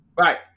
Right